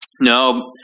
No